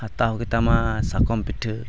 ᱦᱟᱛᱟᱣ ᱠᱮᱛᱟᱢᱟ ᱥᱟᱠᱟᱢ ᱯᱤᱴᱷᱟᱹ